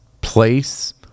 place